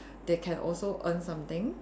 they can also earn something